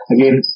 Again